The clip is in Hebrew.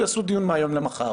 יעשו דיון מהיום למחר.